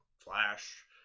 Flash